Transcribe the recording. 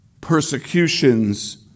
persecutions